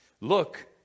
Look